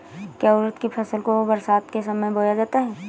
क्या उड़द की फसल को बरसात के समय बोया जाता है?